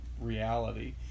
reality